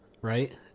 right